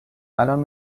الان